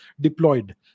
deployed